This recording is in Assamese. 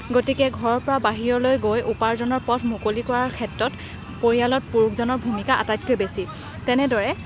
গতিকে ঘৰৰ পৰা বাহিৰলৈ গৈ উপাৰ্জনৰ পথ মুকলি কৰাৰ ক্ষেত্ৰত পৰিয়ালত পুৰুষজনৰ ভূমিকা আটাইতকৈ বেছি তেনেদৰে